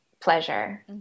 pleasure